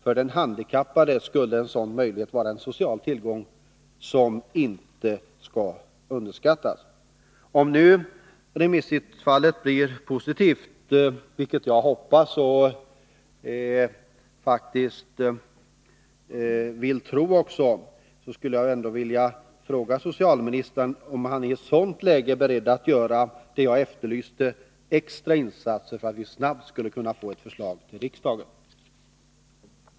För den handikappade skulle det vara en social tillgång som inte skall underskattas. Om remissutfallet blir positivt — vilket jag hoppas och faktiskt tror — är Nr 159 socialministern i ett sådant läge beredd att göra det som jag efterlyste, Måndagen den nämligen extra insatser för att vi snart skall få ett förslag till riksdagen?